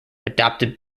adopted